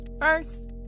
First